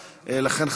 לכן,